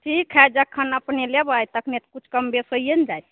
ठीक हए जखन अपने लेबै तखने किछु कम बेस होइये ने जाइत छै